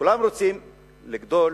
כולם רוצים לגדול,